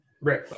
Right